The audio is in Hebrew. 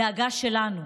דאגה שלנו.